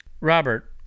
Robert